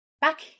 Back